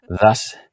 Thus